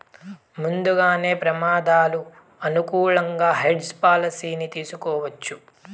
ముందుగానే ప్రమాదాలు అనుకూలంగా హెడ్జ్ పాలసీని తీసుకోవచ్చు